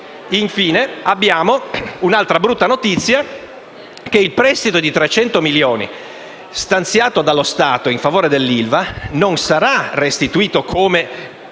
Infine, abbiamo un'altra brutta notizia: il prestito di 300 milioni di euro stanziato dallo Stato in favore dell'ILVA non sarà restituito - come